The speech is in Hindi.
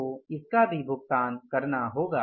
तो इसका भी भुगतान करना होगा